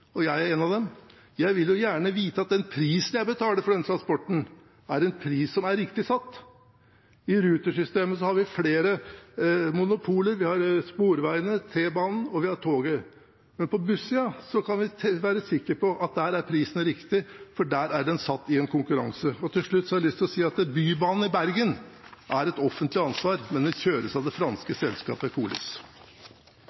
og jeg er en av dem – vil man gjerne vite at den prisen man betaler, er riktig satt. I Ruter-systemet har vi flere monopoler; vi har sporveiene, T-banen og toget. Men på buss-siden kan vi være sikker på at der er prisen riktig, for der er den satt i en konkurranse. Til slutt har jeg lyst til å si at Bybanen i Bergen er et offentlig ansvar, men den kjøres av det franske